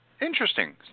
Interesting